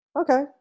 okay